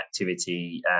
activity